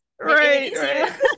right